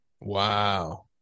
Wow